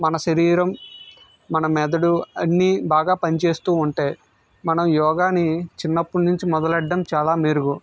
మన శరీరం మన మెదడు అన్నీ బాగా పనిచేస్తు ఉంటాయి మనం యోగాని చిన్నప్పుడు నుంచి మొదలు పెట్టడం చాలా మెరుగు